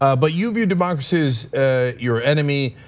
ah but you view democracy as ah your enemy.